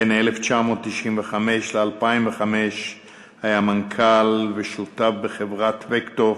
בין 1995 ל-2005 היה מנכ"ל ושותף בחברת "וקטופ"